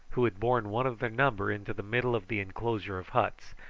who had borne one of their number into the middle of the inclosure of huts,